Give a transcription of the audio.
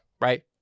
right